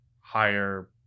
higher